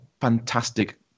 fantastic